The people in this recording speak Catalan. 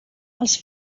els